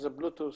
כשזה Bluetooth,